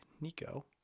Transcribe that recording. Nico